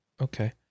Okay